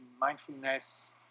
mindfulness